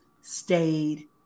stayed